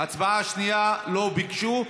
על ההצבעה השנייה לא ביקשו.